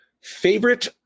Favorite